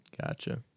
Gotcha